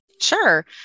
Sure